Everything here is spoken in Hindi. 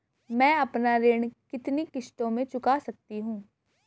मैं अपना ऋण कितनी किश्तों में चुका सकती हूँ?